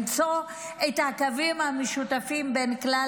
למצוא את הקווים המשותפים בין כלל